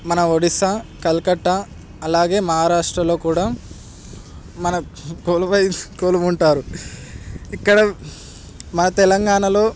మన ఒడిస్సా కల్కట్టా అలాగే మహారాష్ట్రలో కూడా మన కొలువై కొలువుంటారు ఇక్కడ మన తెలంగాణలో